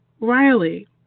Riley